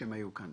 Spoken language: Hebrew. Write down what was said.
כשהם היו כאן.